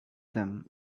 them